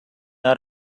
out